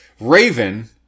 Raven